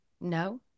No